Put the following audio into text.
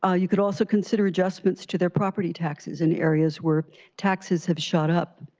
ah you can also consider adjustments to their property taxes in areas where taxes have shot up.